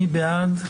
מי בעד?